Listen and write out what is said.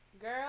girl